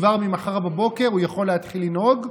כבר מחר בבוקר הוא יכול להתחיל לנהוג,